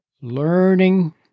learning